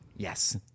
yes